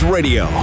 Radio